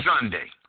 Sunday